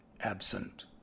absent